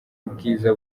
ubwiza